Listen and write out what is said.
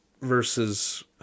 versus